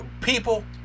people